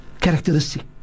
characteristic